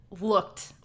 looked